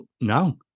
no